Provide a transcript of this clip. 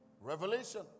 revelation